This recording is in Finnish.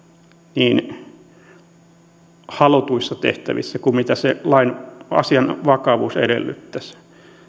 niin halutuissa tehtävissä kuin mitä se asian vakavuus edellyttäisi